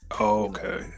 Okay